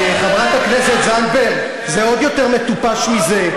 חברת הכנסת זנדברג, זה עוד יותר מטופש מזה.